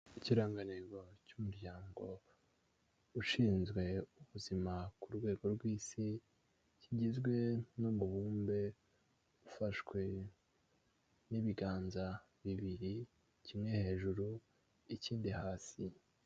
Ikirangantego cy'umuryango ushinzwe ubuzima ku rwego rw'isi, kigizwe n'umubumbe ufashwe n'ibiganza bibiri, kimwe hejuru, ikindi hasi.